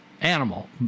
animal